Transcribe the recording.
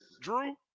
Drew